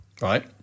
right